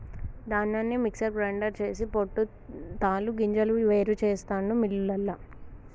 ధాన్యాన్ని mixer grinder చేసి పొట్టు తాలు గింజలు వేరు చెస్తాండు మిల్లులల్ల